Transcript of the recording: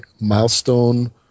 Milestone